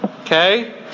Okay